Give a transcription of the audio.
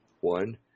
One